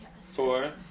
Four